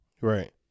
Right